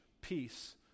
peace